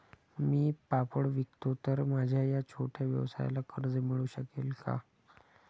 मी पापड विकतो तर माझ्या या छोट्या व्यवसायाला कर्ज मिळू शकेल का?